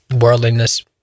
worldliness